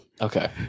Okay